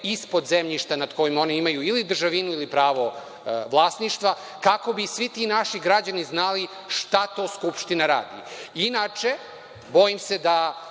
ispod zemljišta nad kojim oni imaju ili državinu ili pravo vlasništva, kako bi svi ti naši građani znali šta to Skupština radi? Inače, bojim se da